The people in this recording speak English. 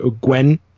gwen